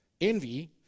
envy